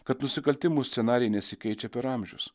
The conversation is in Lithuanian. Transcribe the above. kad nusikaltimų scenarijai nesikeičia per amžius